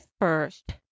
first